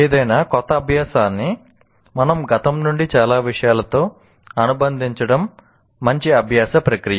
ఏదైనా కొత్త అభ్యాసాన్ని మన గతం నుండి చాలా విషయాలతో అనుబంధించడం మంచి అభ్యాస ప్రక్రియ